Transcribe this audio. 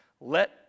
let